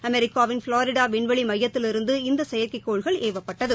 அமெரிக்காவின் ஃப்ளோரிடா விண்வெளி மையத்திலிருந்து இந்த செயற்கைக் கோள்கள் ஏவப்பட்டது